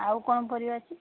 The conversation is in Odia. ଆଉ କ'ଣ ପରିବା ଅଛି